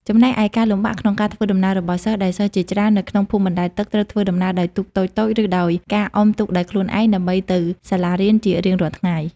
ចំណែកឯការលំបាកក្នុងការធ្វើដំណើររបស់សិស្ស ដែលសិស្សជាច្រើននៅក្នុងភូមិបណ្តែតទឹកត្រូវធ្វើដំណើរដោយទូកតូចៗ ឬដោយការអុំទូកដោយខ្លួនឯងដើម្បីទៅសាលារៀនជារៀងរាល់ថ្ងៃ។